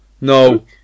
No